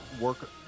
work